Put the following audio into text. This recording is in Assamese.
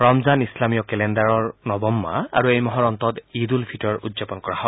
ৰমজান ইছলামীয় কেলেণ্ডাৰৰ নৱম মাহ আৰু এই মাহৰ অন্তত ঈদ উল ফিটৰৰ উদযাপন কৰা হয়